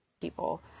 people